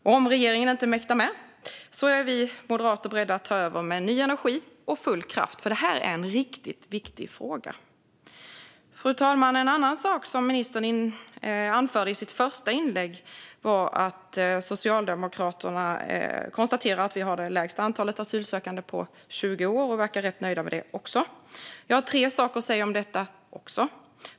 Om regeringen inte mäktar med är vi moderater beredda att ta över med ny energi och full kraft. För det här är en riktigt viktig fråga. Fru talman! En annan sak som ministern anförde i sitt första inlägg var att Socialdemokraterna konstaterar att vi har det lägsta antalet asylsökande på 20 år. De verkar rätt nöjda med det också. Jag har tre saker att säga även om detta.